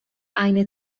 eine